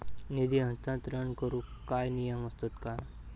निधी हस्तांतरण करूक काय नियम असतत काय?